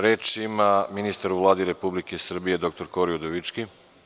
Reč ima ministar u Vladi Republike Srbije dr Kori Udovički.